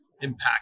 impact